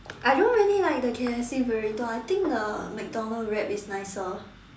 I don't really like the K_F_C burrito I think the McDonald's wrap is nicer